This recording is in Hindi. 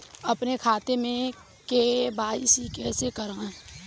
अपने खाते में के.वाई.सी कैसे कराएँ?